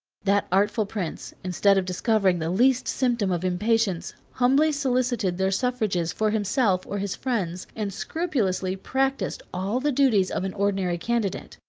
that artful prince, instead of discovering the least symptom of impatience, humbly solicited their suffrages for himself or his friends, and scrupulously practised all the duties of an ordinary candidate.